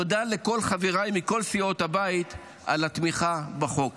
תודה לכל חבריי מכל סיעות הבית על התמיכה בחוק.